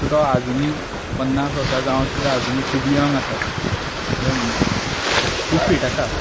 so तो आजुनीय पन्नास वर्सां जावन सुद्दां आजुनीय खूब यंग आसा यंग खूब फीट आसा